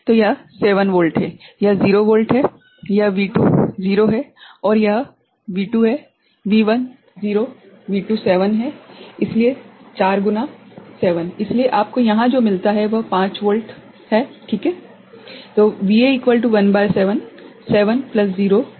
तो यह 7 वॉल्ट है यह 0 वॉल्ट है यह V2 0 है और यह V2 है V1 0 V2 7 है इसलिए 4 गुना 7 इसलिए आपको यहां जो मिलता है वह 5 वॉल्ट है ठीक हैं